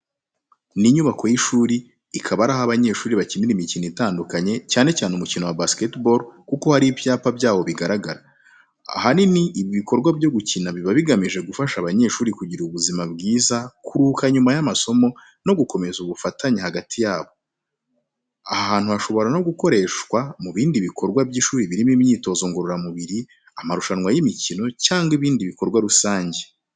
Ni inyubako y’ishuri ikaba ari aho abanyeshuri bakinira imikino itandukanye, cyane cyane umukino wa basketball kuko hari ibyapa byawo bigaragara. Ahanini ibi bikorwa byo gukinira biba bigamije gufasha abanyeshuri kugira ubuzima bwiza kuruhuka nyuma y’amasomo no gukomeza ubufatanye hagati yabo. Aha hantu hashobora no gukoreshwa mu bindi bikorwa by’ishuri birimo imyitozo ngororamubiri, amarushanwa y’imikino cyangwa ibindi bikorwa rusange.